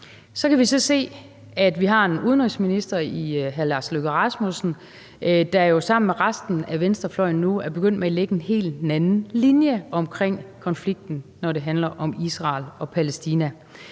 vi har en udenrigsminister i skikkelse af hr. Lars Løkke Rasmussen, der jo sammen med resten af venstrefløjen nu er begyndt at lægge en helt anden linje i konflikten, når det handler om Israel og Palæstina.